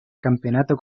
campeonato